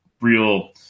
real